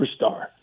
superstar